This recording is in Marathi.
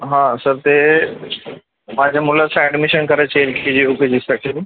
हा सर ते माझ्या मुलाचं ॲडमिशन करायची आहे L K G U K जीसाठी